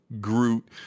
Groot